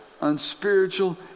unspiritual